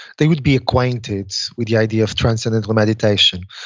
they would be acquainted with the idea of transcendental meditation.